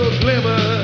glimmer